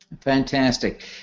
Fantastic